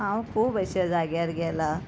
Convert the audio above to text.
हांव खूब अशे जाग्यार गेलां